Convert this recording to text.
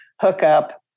hookup